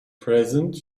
present